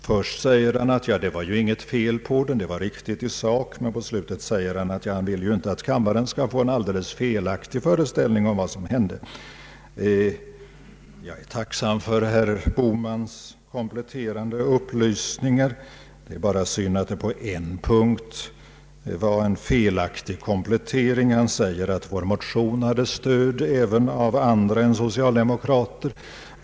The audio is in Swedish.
Först säger han att det inte var något fel på mina uppgifter — de var riktiga i sak. Men mot slutet säger han att han inte vill att kammaren skall få en alldeles felaktig föreställning av vad som hände. Jag är tacksam för herr Bohmans kompletterande upplysningar. Det är bara synd att det på en punkt var en felaktig komplettering. Han säger att vår motion hade stöd även av andra än socialdemokrater.